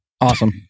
awesome